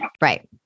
Right